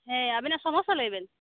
ᱦᱮᱸ ᱟᱵᱮᱱᱟᱜ ᱥᱚᱢᱚᱥᱟ ᱞᱟᱹᱭᱵᱮᱱ